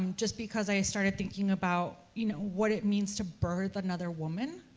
um just because i started thinking about, you know, what it means to birth another woman,